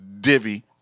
divvy